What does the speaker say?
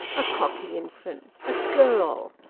a cocky infant! a girl!